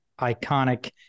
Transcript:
iconic